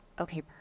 Okay